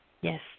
Yes